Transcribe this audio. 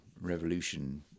revolution